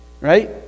Right